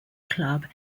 club